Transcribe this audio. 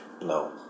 No